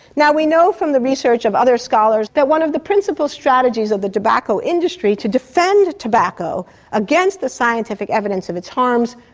we know from the research of other scholars that one of the principle strategies of the tobacco industry, to defend tobacco against the scientific evidence of its harms,